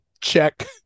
check